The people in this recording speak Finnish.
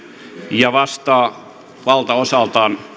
ja vastaa valtaosaltaan